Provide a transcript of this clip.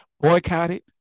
boycotted